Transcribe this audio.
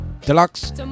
Deluxe